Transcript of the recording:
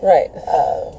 Right